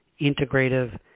integrative